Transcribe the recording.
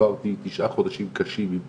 עברתי תשעה חודשים קשים של תלונות,